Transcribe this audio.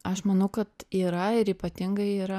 aš manau kad yra ir ypatingai yra